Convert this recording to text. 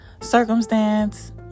circumstance